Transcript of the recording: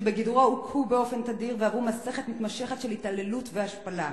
שבגדרו הוכו באופן תדיר ועברו מסכת מתמשכת של התעללות והשפלה".